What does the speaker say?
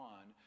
One